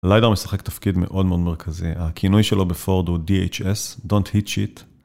הליידר משחק תפקיד מאוד מאוד מרכזי, הכינוי שלו בפורד הוא dhs, don't hit shit